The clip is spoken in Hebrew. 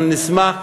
אנחנו נשמח,